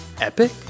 epic